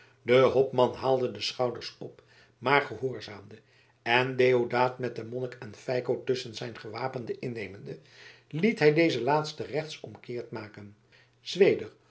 de hopman haalde de schouders op maar gehoorzaamde en deodaat met den monnik en feiko tusschen zijn gewapenden innemende liet hij deze laatsten rechtsomkeert maken zweder